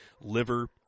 liver